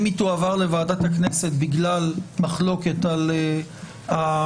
אם היא תועבר לוועדת הכנסת בגלל מחלוקת על היעד,